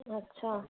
अछा